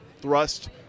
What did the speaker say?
thrust